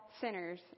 sinners